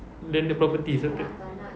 landed property sur~